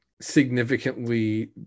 significantly